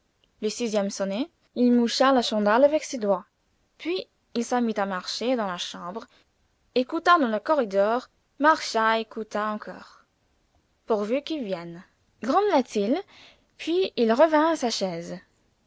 le sixième sonné il moucha la chandelle avec ses doigts puis il se mit à marcher dans la chambre écouta dans le corridor marcha écouta encore pourvu qu'il vienne grommela-t-il puis il revint à sa chaise